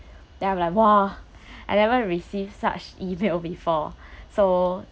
then I'm like !wah! I never receive such email before so